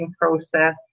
process